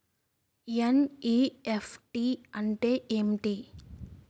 NEFT అంటే ఏమిటి?